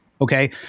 okay